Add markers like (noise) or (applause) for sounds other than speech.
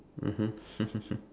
mmhmm (breath)